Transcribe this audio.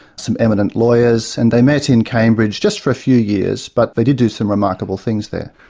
some eminent lawyers, and they met in cambridge, just for a few years, but they did do some remarkable things there.